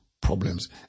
problems